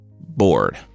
bored